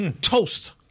Toast